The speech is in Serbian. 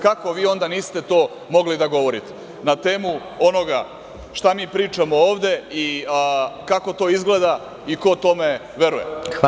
Kako vi onda niste to mogli da govorite na temu onoga šta mi pričamo ovde i kako to izgleda i ko tome veruje?